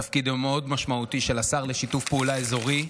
התפקיד המאוד-משמעותי של השר לשיתוף פעולה אזורי,